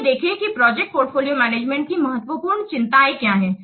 आइए देखें कि प्रोजेक्ट पोर्टफोलियो मैनेजमेंट की महत्वपूर्ण चिंताएँ क्या हैं